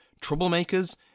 troublemakers